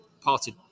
parted